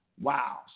wow